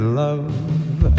love